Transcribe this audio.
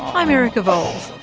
i'm erica vowles